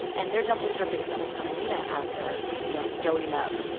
and their dumplings are based out of semolina as their you know doughy nub